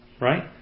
Right